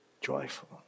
joyful